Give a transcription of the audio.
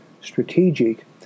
strategic